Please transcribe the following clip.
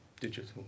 digital